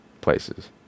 places